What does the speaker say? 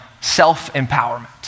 self-empowerment